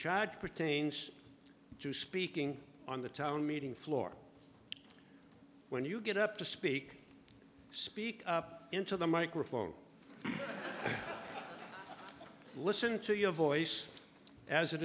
charge pertains to speaking on the town meeting floor when you get up to speak speak into the microphone listen to your voice as it